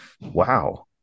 wow